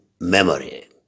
memory